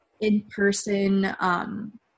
in-person